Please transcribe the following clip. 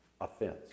offense